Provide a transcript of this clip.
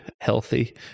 healthy